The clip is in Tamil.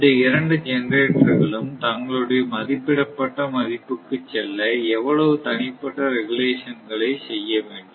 இந்த இரண்டு ஜெனரேட்டர் களும் தங்களுடைய மதிப்பிடப்பட்ட மதிப்புக்கு செல்ல எவ்வளவு தனிப்பட்ட ரெகுலேஷன் களை செய்ய வேண்டும்